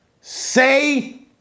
say